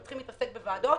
הם צריכים להתעסק בוועדות.